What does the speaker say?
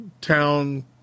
town